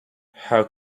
how